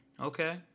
Okay